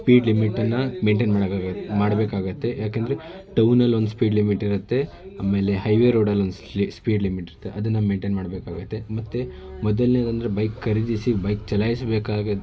speed ಲಿಮಿಟನ್ನು maintain ಮಾಡೋಕೆ ಮಾಡ್ಬೇಕಾಗುತ್ತೆ ಏಕೆಂದ್ರೆ ಟೌನಲ್ಲಿ ಒಂದು ಸ್ಪೀಡ್ ಲಿಮಿಟ್ ಇರುತ್ತೆ ಆಮೇಲೆ ಹೈವೆ ರೋಡಲ್ಲಿ ಒಂದು ಸ್ಪೀಡ್ ಲಿಮಿಟ್ ಇರುತ್ತೆ ಅದನ್ನು ಮೇಂಟೈನ್ ಮಾಡ್ಬೇಕಾಗುತ್ತೆ ಮತ್ತೆ ಮೊದಲನೇ ಅಂದರೆ ಬೈಕ್ ಖರೀದಿಸಿ ಬೈಕ್ ಚಲಾಯಿಸಬೇಕಾಗಿ